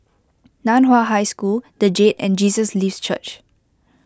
Nan Hua High School the Jade and Jesus Lives Church